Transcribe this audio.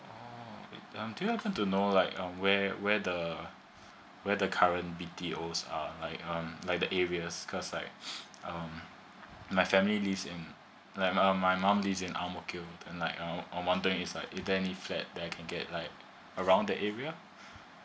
uh do you happen to know like um where where the where the current B_T_O uh uh like uh likes the area cause i um my family live in um like um my mom live in ang mo kio then i I was wondering is there any flats that's i can get like around the area